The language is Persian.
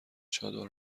چادر